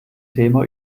thema